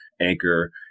Anchor